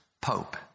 pope